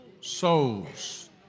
souls